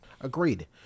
Agreed